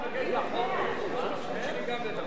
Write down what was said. גפני,